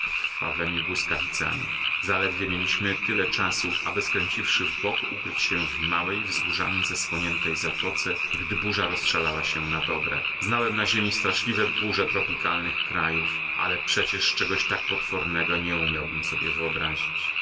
wraz krwawemi błyskawicami zaledwie mieliśmy tyle czasu aby skręciwszy w bok ukryć się w małej wzgórzami zasłoniętej zatoce gdy burza rozszalała się na dobre znałem na ziemi straszliwe burze tropikalnych krajów ale przecież czegoś tak potwornego nie umiałbym sobie wyobrazić